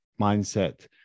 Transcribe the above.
mindset